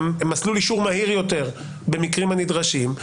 מסלול אישור מהיר יותר במקרים הנדרשים.